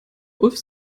ulf